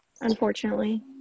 unfortunately